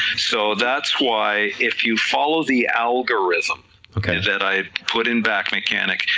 so that's why if you follow the algorithm kind of that i put in back mechanic,